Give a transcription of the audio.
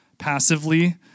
passively